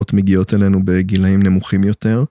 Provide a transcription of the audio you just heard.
‫עוד מגיעות אלינו בגילאים נמוכים יותר.